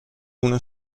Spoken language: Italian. una